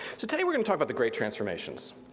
so today we're gonna talk about the great transformations.